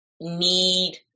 need